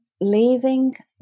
leaving